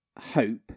hope